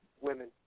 Women